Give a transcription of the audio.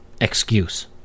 excuse